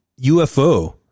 UFO